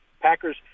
Packers